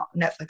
Netflix